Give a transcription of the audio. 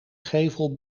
gevel